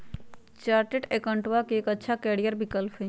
chartered अकाउंटेंटवा के एक अच्छा करियर विकल्प हई